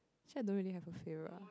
actually I don't really have a favorite one